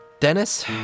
Dennis